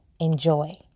enjoy